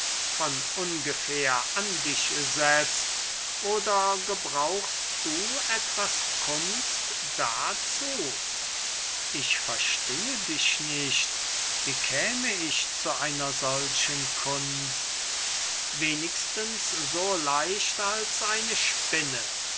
von ungefähr an dich setzt oder gebrauchst du etwas kunst dazu ich verstehe dich nicht wie käme ich zu einer solchen kunst wenigstens so leicht als eine spinne